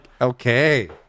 okay